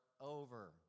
over